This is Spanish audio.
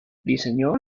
diseñó